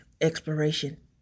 exploration